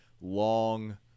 long